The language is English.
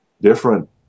different